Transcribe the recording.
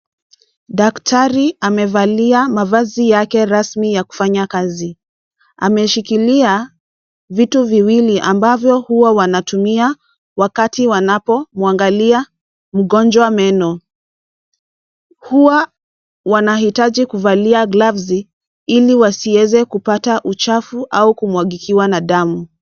Daktari amevalia mavazi yake rasmi ya kufanya kazi. Ameshikilia vitu viwili ambavyo huwa wanatumia wakati wanapomwagalia mgonjwa meno. Huwa wanahitaji kuvalia glavsi ili wasiweze kupata uchafu au kumwagikiwa na damu.